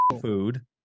food